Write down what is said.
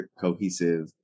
cohesive